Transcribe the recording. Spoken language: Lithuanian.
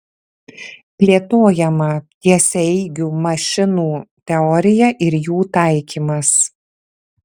plėtojama tiesiaeigių mašinų teorija ir jų taikymas